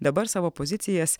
dabar savo pozicijas